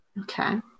Okay